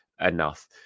enough